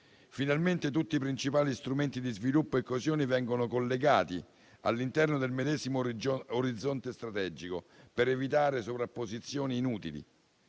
Finalmente tutti i principali strumenti di sviluppo e coesione vengono collegati all'interno del medesimo orizzonte strategico, per evitare sovrapposizioni inutili,